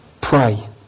Pray